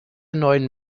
neuen